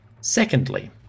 Secondly